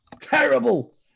Terrible